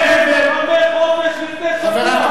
אתה קראת להם לוחמי חופש לפני שבוע.